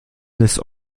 des